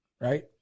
right